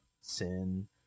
sin